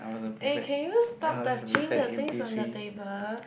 eh can you stop touching the things on the table